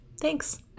Thanks